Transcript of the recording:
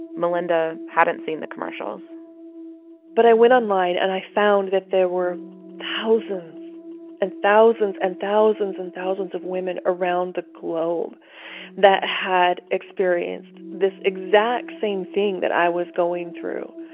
melynda hadn't seen the commercials but i went online and i found that there were thousands and thousands and thousands and thousands of women around the globe that had experienced this exact same thing that i was going through.